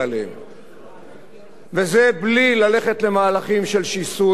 וזה בלי ללכת למהלכים של שיסוי איש ברעהו.